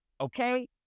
okay